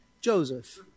Joseph